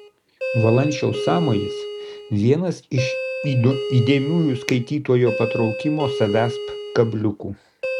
valančiaus sąmojis vienas iš įdėmiųjų skaitytojo patraukimo savęsp kabliukų